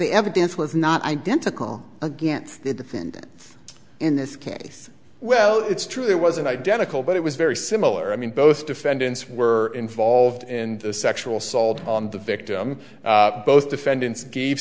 the evidence was not identical against the defendant in this case well it's true there was an identical but it was very similar i mean both defendants were involved in the sexual assault on the victim both defendants gave